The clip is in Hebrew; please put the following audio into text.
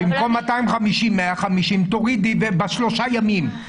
במקום 250 יהיה 150, תורידי רק בשלושת הימים האלה.